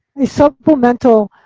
the supplemental